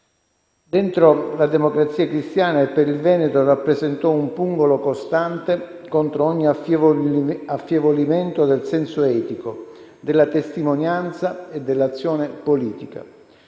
Dentro la Democrazia Cristiana e per il Veneto rappresentò un pungolo costante contro ogni affievolimento del senso etico, della testimonianza e dell'azione politica.